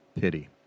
pity